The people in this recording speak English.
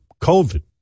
COVID